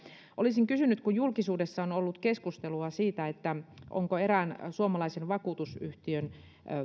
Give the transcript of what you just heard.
olisin kysynyt kun julkisuudessa on ollut keskustelua siitä onko erään suomalaisen vakuutusyhtiön